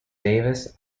davis